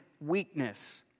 weakness